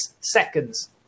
seconds